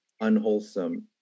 unwholesome